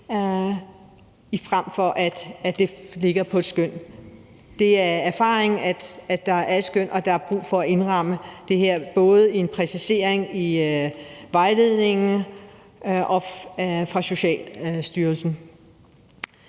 frem for at det er baseret på et skøn. Det er erfaringen, at der er et skøn, og at der er brug for at indramme det her med en præcisering af vejledningen fra Socialstyrelsen.